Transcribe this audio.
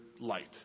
light